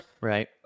Right